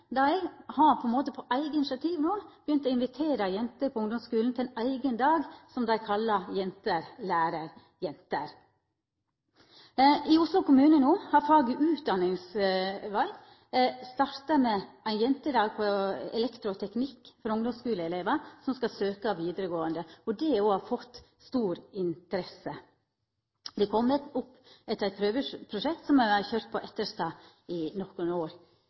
Dei jentene i Bodø som har delteke i prosjektet, har på eige initiativ begynt å invitera jenter på ungdomsskulen til ein eigen dag som dei kallar jenter lærer jenter. I Oslo kommune har faget «utdanningsvalg» starta med ein jentedag på elektro og teknikk for ungdomsskuleelevar som skal søkja vidaregåande. Det har òg fått stor interesse. Dette er kome opp etter eit prøveprosjekt som ein har køyrt på Etterstad i nokre år,